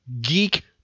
geek